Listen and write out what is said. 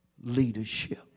leadership